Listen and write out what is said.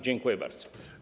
Dziękuję bardzo.